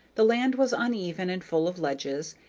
the land was uneven and full of ledges,